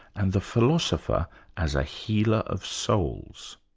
and the philosophy as a healer of souls.